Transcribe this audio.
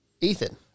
Ethan